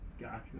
Gotcha